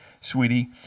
sweetie